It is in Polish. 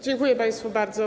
Dziękuję państwu bardzo.